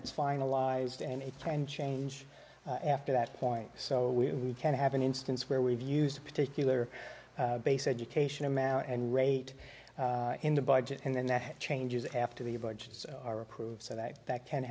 it's finalized and a time change after that point so we can have an instance where we've used a particular base education amount and rate in the budget and then that changes after the budgets are approved so that that can